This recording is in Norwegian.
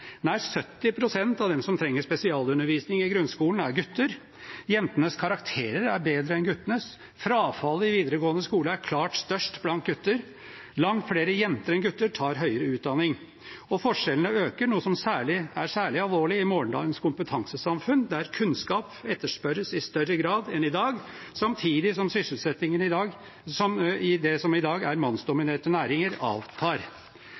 Nær 70 pst. av dem som trenger spesialundervisning i grunnskolen, er gutter. Jentenes karakterer er bedre enn guttenes. Frafallet i videregående skole er klart størst blant gutter. Langt flere jenter enn gutter tar høyere utdanning. Forskjellene øker, noe som er særlig alvorlig i morgendagens kompetansesamfunn, der kunnskap etterspørres i større grad enn i dag, samtidig som sysselsettingen i det som i dag er mannsdominerte næringer, avtar.